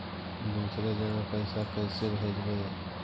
दुसरे जगह पैसा कैसे भेजबै?